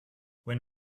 when